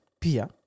pia